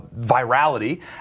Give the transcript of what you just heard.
virality